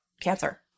cancer